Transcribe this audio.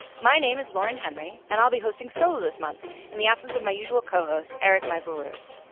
my name is lauren henry, and i'll be hosting solo this month in the absence of my usual cohost eric michael rhodes.